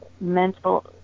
mental